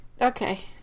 okay